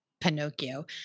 Pinocchio